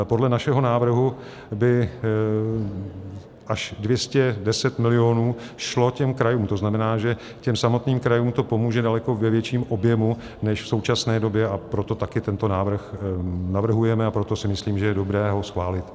Podle našeho návrhu by až 210 milionů šlo těm krajům, to znamená těm samotným krajům to pomůže v daleko větším objemu než v současné době, a proto taky tento návrh navrhujeme a proto si myslím, že je dobré ho schválit.